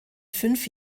fünf